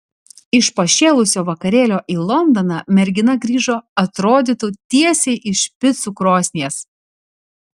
iš pašėlusio vakarėlio į londoną mergina grįžo atrodytų tiesiai iš picų krosnies